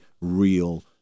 real